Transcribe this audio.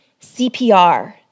CPR